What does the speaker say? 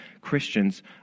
Christians